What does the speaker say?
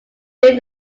during